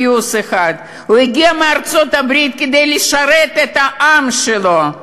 גיוס אחד"; הוא הגיע מארצות-הברית כדי לשרת את העם שלו,